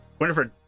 Winifred